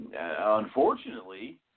unfortunately